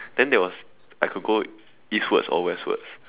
then there was I could go Eastwards or Westwards